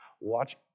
Watch